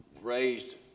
raised